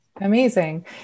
Amazing